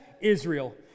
Israel